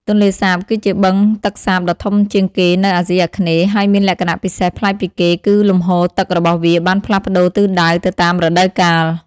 ទន្លេសាប គឺជាបឹងទឹកសាបដ៏ធំជាងគេនៅអាស៊ីអាគ្នេយ៍ ហើយមានលក្ខណៈពិសេសប្លែកពីគេគឺលំហូរទឹករបស់វាបានផ្លាស់ប្ដូរទិសដៅទៅតាមរដូវកាល។